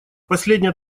последняя